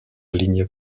aligne